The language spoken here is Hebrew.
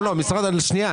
שנייה,